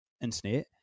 internet